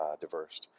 diverse